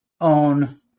own